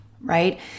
right